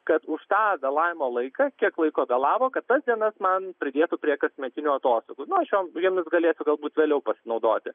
kad už tą vėlavimo laiką kiek laiko vėlavo kad tas dienas man pridėtų prie kasmetinių atostogų nu aš jom jomis galėsiu galbūt vėliau pasinaudoti